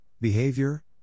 behavior